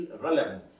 relevant